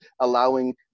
allowing